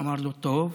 אמר לו: טוב.